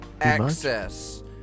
access